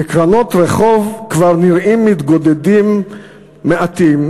בקרנות רחוב כבר נראים מתגודדים מעטים,